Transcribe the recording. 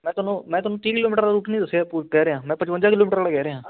ਮੈਂ ਤੁਹਾਨੂੰ ਮੈਂ ਤੁਹਾਨੂੰ ਤੀਹ ਕਿਲੋਮੀਟਰ ਦਾ ਰੂਟ ਨੇ ਦੱਸਿਆ ਕਹਿ ਰਿਹਾ ਮੈਂ ਪਚਵੰਜਾ ਕਿਲੋਮੀਟਰ ਵਾਲਾ ਕਹਿ ਰਿਹਾ